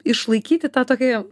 išlaikyti tą tokį